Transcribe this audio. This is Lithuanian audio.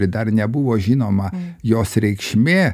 dar nebuvo žinoma jos reikšmė